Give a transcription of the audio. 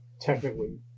technically